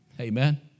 Amen